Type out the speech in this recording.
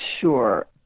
Sure